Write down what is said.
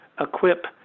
equip